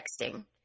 texting